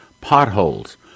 potholes